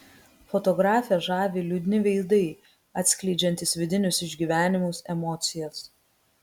fotografę žavi liūdni veidai atskleidžiantys vidinius išgyvenimus emocijas